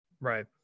right